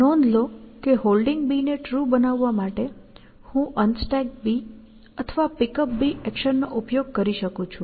નોંધ લો કે Holding ને ટ્રુ બનાવવા માટે હું અનસ્ટેક B અથવા Pickup એક્શનનો ઉપયોગ કરી શકું છું